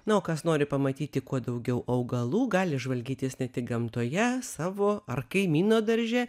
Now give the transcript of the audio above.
na o kas nori pamatyti kuo daugiau augalų gali žvalgytis ne tik gamtoje savo ar kaimyno darže